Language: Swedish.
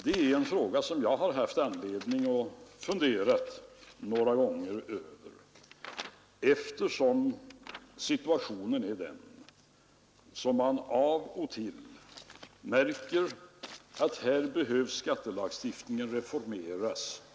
Det är en fråga som jag har haft anledning att fundera över några gånger, eftersom situationen är den, att man av och till märker att skattelagstiftningen behöver reformeras.